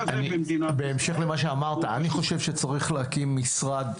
בהמשך למה שאמרת, אני חושב שצריך להקים משרד.